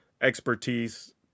expertise